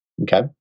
Okay